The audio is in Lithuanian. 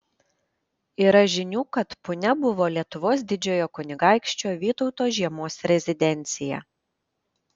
yra žinių kad punia buvo lietuvos didžiojo kunigaikščio vytauto žiemos rezidencija